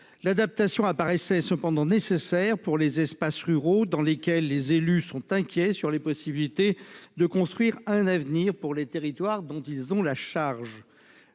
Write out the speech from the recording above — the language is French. L'adaptation apparaissait cependant nécessaires pour les espaces ruraux dans lesquels les élus sont inquiets sur les possibilités de construire un avenir pour les territoires dont ils ont la charge.